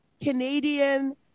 Canadian